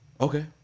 Okay